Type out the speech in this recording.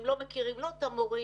הם לא מכירים לא את המורים,